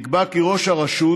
נקבע כי ראש הרשות